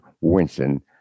Winston